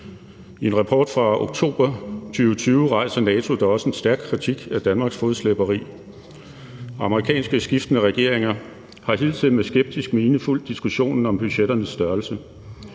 I en rapport fra oktober 2020 rejser NATO da også en stærk kritik af Danmarks fodslæberi. Skiftende amerikanske regeringer har hidtil med skeptisk mine fulgt diskussionen om budgetternes størrelse.